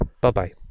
bye-bye